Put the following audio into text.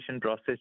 process